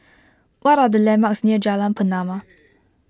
what are the landmarks near Jalan Pernama